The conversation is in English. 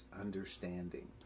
understanding